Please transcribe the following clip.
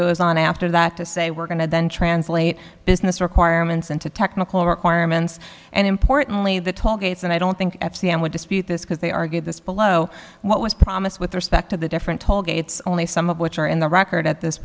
goes on after that to say we're going to then translate business requirements into technical requirements and importantly the tollgates and i don't think the i would dispute this because they argue this below what was promised with respect to the different tollgates only some of which are in the record at this